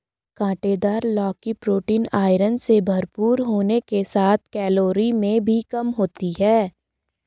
काँटेदार लौकी protein, iron से भरपूर होने के साथ कैलोरी में भी कम होती है